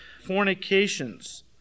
Fornications